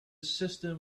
system